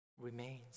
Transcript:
remains